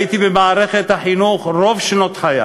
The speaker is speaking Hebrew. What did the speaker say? הייתי במערכת החינוך רוב שנות חיי,